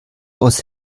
aus